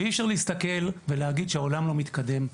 ואי אפשר להסתכל ולהגיד שהעולם לא מתקדם,